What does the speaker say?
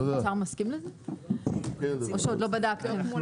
האוצר מסכים לזה או שעוד לא בדקתם?